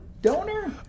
donor